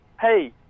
Hey